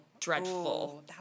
dreadful